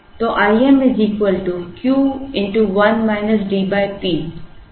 तो Im Q 1 DP